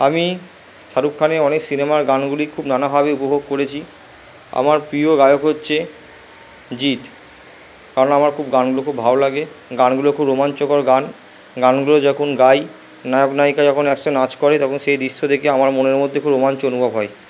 আমি শাহরুখ খানের অনেক সিনেমার গানগুলি খুব নানাভাবে উপভোগ করেছি আমার প্রিয় গায়ক হচ্ছে জিৎ কারণ আমার খুব গানগুলো খুব ভালো লাগে গানগুলো খুব রোমাঞ্চকর গান গানগুলো যখন গাই নায়ক নায়িকা যখন একসঙ্গে নাচ করে তখন সেই দৃশ্য দেখে আমার মনের মধ্যে খুব রোমাঞ্চ অনুভব হয়